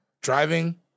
driving